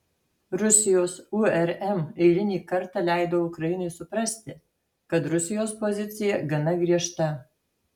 rusijos urm eilinį kartą leido ukrainai suprasti kad rusijos pozicija gana griežta